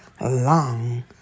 long